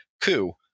coup